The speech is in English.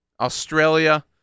Australia